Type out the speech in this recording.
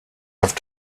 have